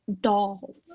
dolls